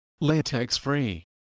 Latex-Free